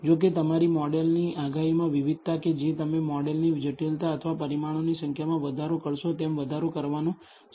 જો કે તમારી મોડેલની આગાહીઓમાં વિવિધતા કે જે તમે મોડેલની જટિલતા અથવા પરિમાણોની સંખ્યામાં વધારો કરશો તેમ વધારો કરવાનું શરૂ કરશે